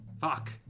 Fuck